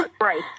right